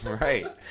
Right